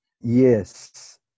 Yes